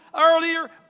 earlier